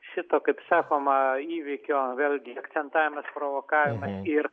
šito kaip sakoma įvykio vėlgi akcentavimas provokavimas ir